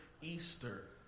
Easter